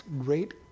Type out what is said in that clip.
great